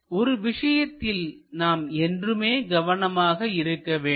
ஒரு விஷயத்தில் நாம் என்றுமே கவனமாக இருக்க வேண்டும்